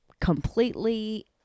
completely